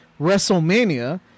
WrestleMania